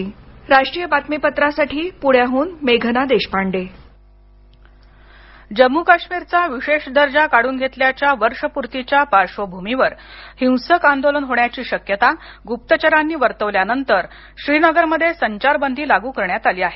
आकाशवाणी बातम्यांसाठी मेघना देशपांडे पुणे श्रीनगर संचारबंदी जम्मू काश्मीरचा विशेष दर्जा काढून घेतल्याच्या वर्षपुर्तीच्या पार्श्वभूमीवर हिंसक आंदोलन होण्याची शक्यता गुप्तचरांनी वर्तवल्यानंतर श्रीनगरमध्ये संचारबंदी लागू करण्यात आली आहे